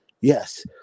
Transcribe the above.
Yes